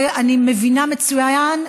אני מבינה מצוין,